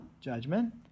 judgment